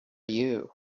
you